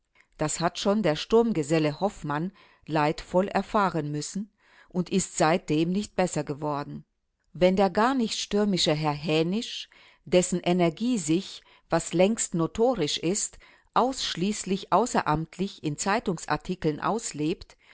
das hat schon der sturmgeselle hoffmann leidvoll erfahren müssen und ist seitdem nicht besser geworden wenn der gar nicht stürmische herr hänisch dessen energie sich was längst notorisch ist ausschließlich außeramtlich in zeitungsartikeln auslebt